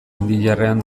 indiarrean